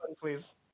please